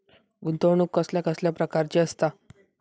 गुंतवणूक कसल्या कसल्या प्रकाराची असता?